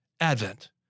Advent